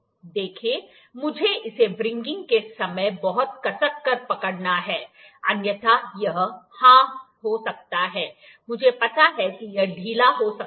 देखिए मुझे इसे व्रिंगगिंग के समय बहुत कसकर पकड़ना है अन्यथा यह हाँ हो सकता है मुझे पता है कि यह ढीला हो सकता है